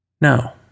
No